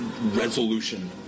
resolution